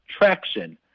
traction